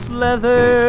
leather